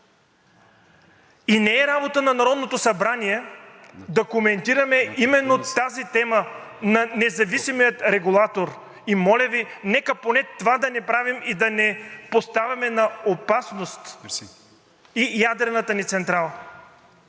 и не е работа на Народното събрание да коментираме именно тази тема на независимия регулатор и моля Ви, нека поне това да не правим и да не поставяме в опасност ядрената ни централа.